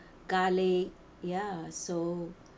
garlic ya so